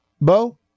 Bo